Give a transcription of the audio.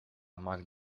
maakt